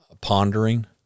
pondering